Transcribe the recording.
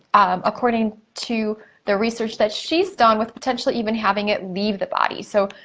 according to the research that she's done with potentially even having it leave the body. so,